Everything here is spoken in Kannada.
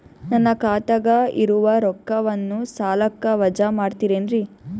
ನನ್ನ ಖಾತಗ ಇರುವ ರೊಕ್ಕವನ್ನು ಸಾಲಕ್ಕ ವಜಾ ಮಾಡ್ತಿರೆನ್ರಿ?